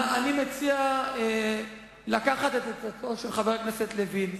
אני מציע לקחת את הצעתו של חבר הכנסת לוין.